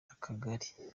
akagari